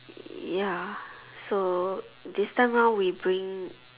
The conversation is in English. ya so this time round we bring